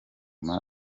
baba